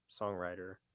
songwriter